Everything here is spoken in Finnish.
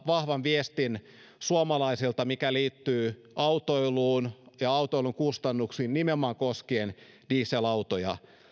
vahvan viestin mikä liittyy autoiluun ja autoilun kustannuksiin nimenomaan koskien dieselautoja